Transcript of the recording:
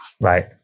Right